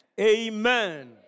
Amen